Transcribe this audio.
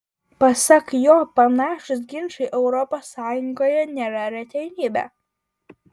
pasak jo panašūs ginčai europos sąjungoje nėra retenybė